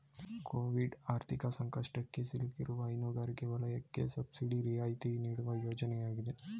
Covid ಆರ್ಥಿಕ ಸಂಕಷ್ಟಕ್ಕೆ ಸಿಲುಕಿರುವ ಹೈನುಗಾರಿಕೆ ವಲಯಕ್ಕೆ ಸಬ್ಸಿಡಿ ರಿಯಾಯಿತಿ ನೀಡುವ ಯೋಜನೆ ಆಗಿದೆ